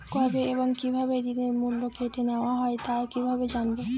কবে এবং কিভাবে ঋণের মূল্য কেটে নেওয়া হয় তা কিভাবে জানবো?